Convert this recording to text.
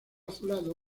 azulado